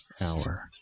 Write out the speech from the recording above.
hour